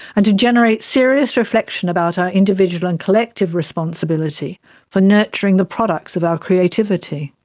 and to generate serious reflection about our individual and collective responsibility for nurturing the products of our creativity.